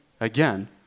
again